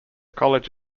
college